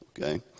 okay